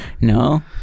No